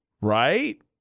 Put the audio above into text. Right